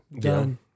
Done